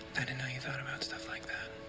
i didn't know you thought about stuff like that.